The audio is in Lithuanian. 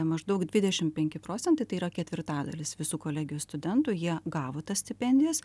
maždaug dvidešim penki procentai tai yra ketvirtadalis visų kolegijos studentų jie gavo tas stipendijas